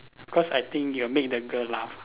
cause I think you'll make the girl laugh